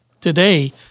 today